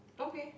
okay